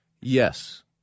Yes